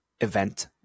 Event